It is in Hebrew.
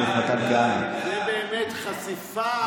זאת באמת חשיפה.